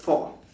four